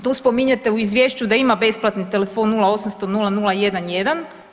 Tu spominjete u izvješću da ima besplatni telefon 0800 00 11.